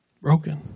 Broken